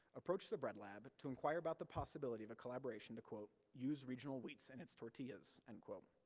approached the bread lab to inquire about the possibility of a collaboration to use regional wheats in its tortillas. and well